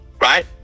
right